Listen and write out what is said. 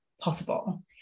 possible